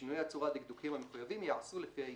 ושינויי הצורה הדקדוקיים המחויבים ייעשו לפי העניין".